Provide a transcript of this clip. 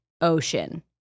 ocean